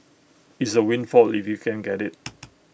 it's A windfall if you can get IT